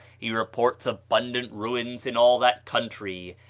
he reports abundant ruins in all that country,